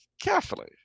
carefully